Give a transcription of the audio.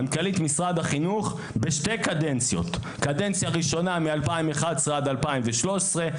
מנכ"לית משרד החינוך בשתי קדנציות קדנציה ראשונה מ-2011 ועד 2013,